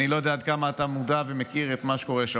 אני לא יודע עד כמה אתה מודע ומכיר את מה שקורה שם.